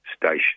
station